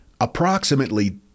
approximately